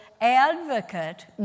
advocate